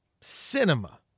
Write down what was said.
cinema